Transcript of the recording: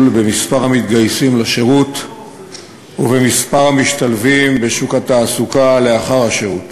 במספר המתגייסים לשירות ובמספר המשתלבים בשוק התעסוקה לאחר השירות.